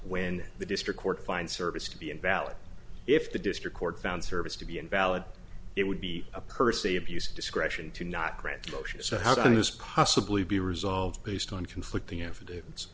when the district court finds service to be invalid if the district court found service to be invalid it would be a percy abuse of discretion to not grant the motion so how does possibly be resolved based on conflicting evidence